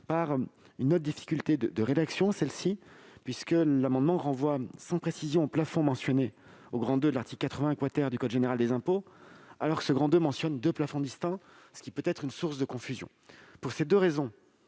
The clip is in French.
par une difficulté rédactionnelle, puisque l'amendement renvoie sans précision au plafond mentionné au II de l'article 81 du code général des impôts. Or ce II mentionne deux plafonds distincts, ce qui peut être source de confusion. Pour ces deux raisons,